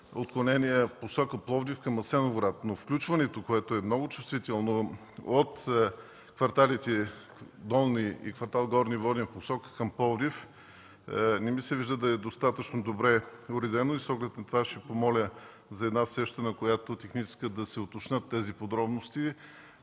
има отклонение от посока Пловдив към Асеновград. Но включването, което е много чувствително, от кварталите Долни и Горни Воден към посока към Пловдив, не ми се вижда да е достатъчно добре уредено. С оглед на това ще помоля за една среща, на която технически да се уточнят тези подробности